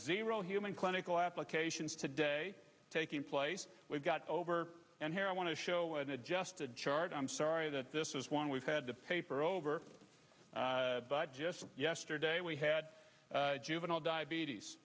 zero human clinical applications today taking place we've got over and here i want to show an adjusted chart i'm sorry that this is one we've had the paper over but just yesterday we had juvenile diabetes